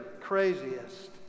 craziest